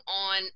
on